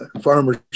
farmer's